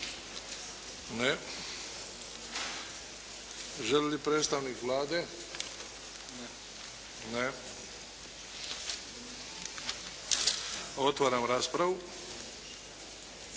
Ne. Želi li predstavnik Vlade? Ne. Otvaram raspravu.